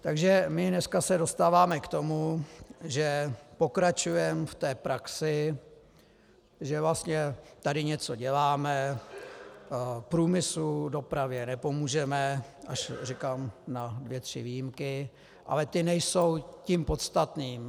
Takže se dneska dostáváme k tomu, že pokračujeme v praxi, že tady něco děláme, průmyslu, dopravě nepomůžeme, až na dvě tři výjimky, ale ty nejsou tím podstatným.